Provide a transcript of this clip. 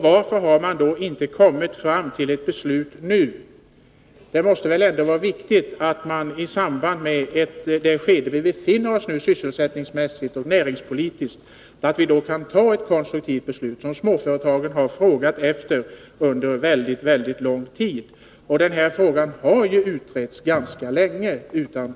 Varför har man då inte kommit fram till ett beslut nu? Det måste väl ändå vara viktigt att vi i det skede där vi nu befinner oss, sysselsättningsmässigt och näringspolitiskt sett, kan ta ett konstruktivt beslut, som småföretagen frågat efter under väldigt lång tid. Den här frågan har ju utretts ganska länge.